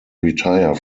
retire